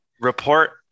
report